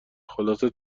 خلاصه